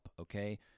Okay